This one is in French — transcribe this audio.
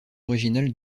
originale